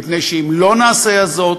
מפני שאם לא נעשה זאת,